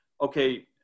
okay